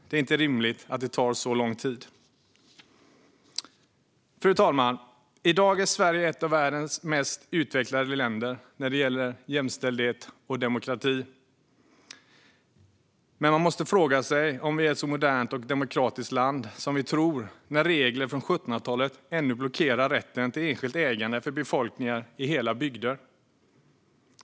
Det är inte rimligt att det tar så lång tid. Fru talman! I dag är Sverige ett av världens mest utvecklade länder när det gäller jämställdhet och demokrati. Men man måste fråga sig om vi är ett så modernt och demokratiskt land som vi tror när regler från 1700-talet ännu blockerar rätten till enskilt ägande för befolkningar i hela bygder.